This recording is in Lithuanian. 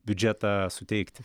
biudžetą suteikti